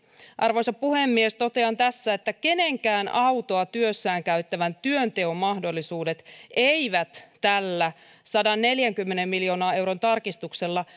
arvoisa puhemies totean tässä että kenenkään autoa työssä käyttävän työnteon mahdollisuudet eivät tällä sadanneljänkymmenen miljoonan euron tarkistuksella